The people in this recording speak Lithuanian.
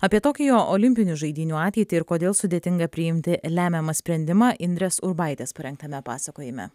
apie tokijo olimpinių žaidynių ateitį ir kodėl sudėtinga priimti lemiamą sprendimą indrės urbaitės parengtame pasakojime